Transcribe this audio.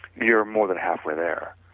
you are more than half way there.